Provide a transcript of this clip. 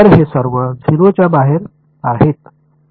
तर हे सर्व 0 च्या बाहेर आहेत